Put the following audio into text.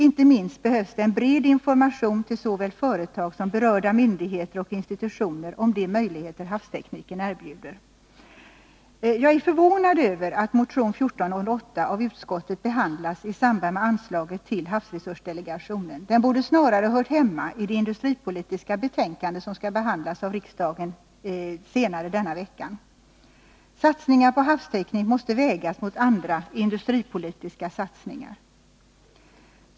Inte minst behövs det en bred information till såväl företag som berörda myndigheter och institutioner om de möjligheter havstekniken erbjuder. Jag är förvånad över att motion 1408 av utskottet behandlas i samband med anslaget till havsresursdelegationen. Den borde snarare höra hemma i det industripolitiska betänkande som skall behandlas av riksdagen senare denna vecka. Satsningar på havsteknik måste vägas mot andra industripolitiska satsningar.